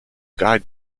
guide